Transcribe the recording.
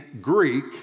Greek